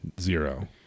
Zero